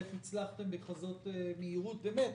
איך הצלחתם בכזאת מהירות באמת,